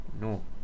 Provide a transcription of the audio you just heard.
No